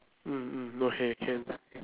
mm mm okay can